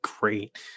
great